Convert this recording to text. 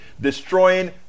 destroying